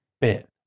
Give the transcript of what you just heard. Bit